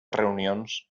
reunions